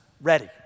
ready